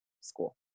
school